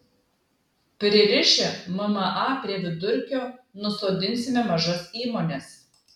pririšę mma prie vidurkio nusodinsime mažas įmones